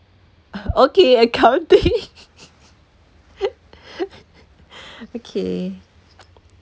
uh okay accounting okay